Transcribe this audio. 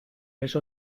eso